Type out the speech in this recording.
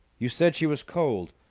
you said she was cold.